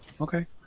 Okay